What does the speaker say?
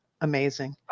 amazing